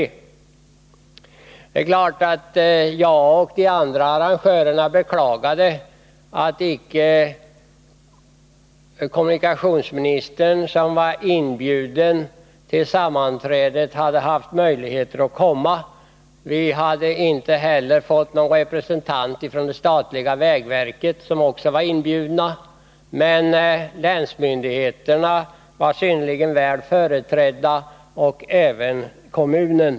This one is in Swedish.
Det är klart att jag och de andra arrangörerna beklagade att icke kommunikationsministern, som var inbjuden till sammankomsten, hade haft möjligheter att komma. Vi hade inte heller fått någon representant för vägverket, som också hade fått inbjudan. Men länsmyndigheterna var synnerligen väl företrädda och även kommunen.